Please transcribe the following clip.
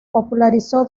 popularizó